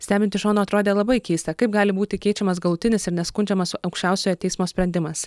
stebint iš šono atrodė labai keista kaip gali būti keičiamas galutinis ir neskundžiamas aukščiausiojo teismo sprendimas